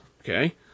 Okay